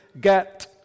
get